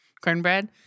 cornbread